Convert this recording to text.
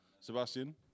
Sebastian